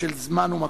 של זמן ומקום.